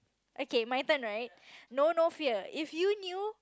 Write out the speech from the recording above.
okay my turn right know no fear if you knew